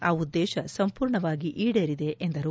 ಆ ಉದ್ದೇಶ ಸಂಪೂರ್ಣವಾಗಿ ಈಡೇರಿದೆ ಎಂದರು